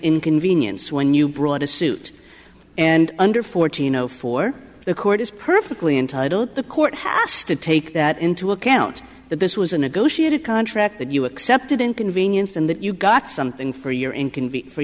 inconvenience when you brought a suit and under fourteen zero four the court is perfectly entitled the court has to take that into account that this was a negotiated contract that you accepted inconvenienced and that you got something for your inconvenience for